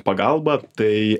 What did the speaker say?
pagalba tai